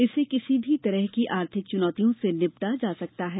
इससे किसी भी तरह की आर्थिक चुनौतियों से निपटा जा सकता है